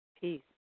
peace